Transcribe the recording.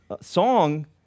song